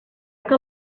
que